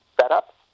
setup